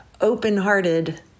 open-hearted